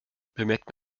bemerkt